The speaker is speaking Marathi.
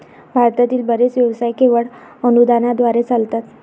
भारतातील बरेच व्यवसाय केवळ अनुदानाद्वारे चालतात